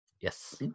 yes